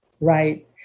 right